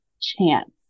chance